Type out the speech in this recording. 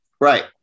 right